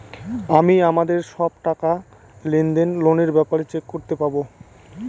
আমি আমাদের সব টাকা, লেনদেন, লোনের ব্যাপারে চেক করতে পাবো